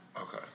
Okay